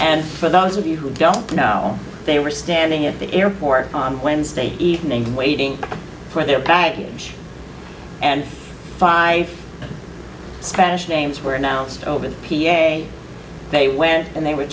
and for those of you who don't know they were standing at the airport on wednesday evening waiting for their package and by spanish names were announced over the p a they went and they were